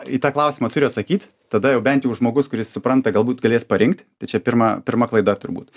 į tą klausimą turi atsakyt tada jau bent jau žmogus kuris supranta galbūt galės parinkti tai čia pirma pirma klaida turbūt